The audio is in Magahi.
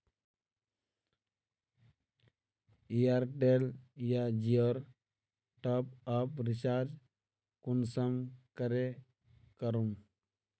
एयरटेल या जियोर टॉप आप रिचार्ज कुंसम करे करूम?